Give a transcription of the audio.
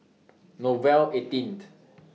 Nouvel eighteen